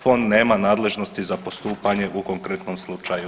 Fond nema nadležnosti za postupanje u konkretnom slučaju.